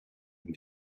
минь